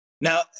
Now